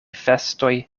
festoj